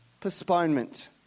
postponement